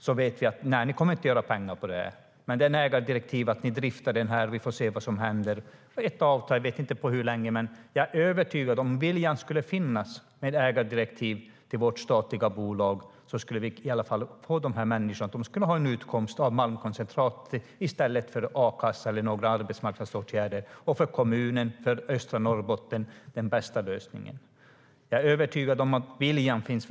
Vi vet att LKAB inte kommer att göra pengar på det, men vi skulle kunna ha ett ägardirektiv och ett avtal om att drifta gruvan - jag vet inte hur länge - och sedan får vi se vad som händer. Jag är övertygad om att viljan finns.